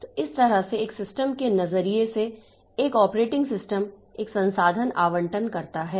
तो इस तरह से एक सिस्टम के नजरिए से एक ऑपरेटिंग सिस्टम एक संसाधन आवंटनकर्ता है